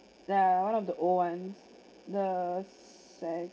yeah one of the old one the